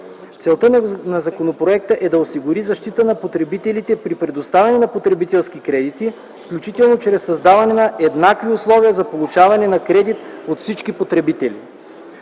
Целта на законопроекта е да осигури защита на потребителите при предоставяне на потребителски кредити, включително чрез създаване на еднакви условия за получаване на кредит от всички потребители.